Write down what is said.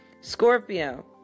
Scorpio